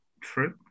true